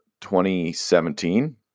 2017